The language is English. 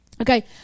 Okay